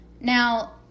Now